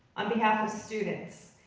on behalf of students.